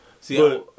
See